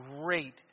great